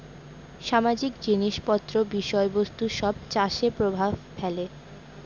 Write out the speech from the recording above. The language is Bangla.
সামাজিক জিনিস পত্র বিষয় বস্তু সব চাষে প্রভাব ফেলে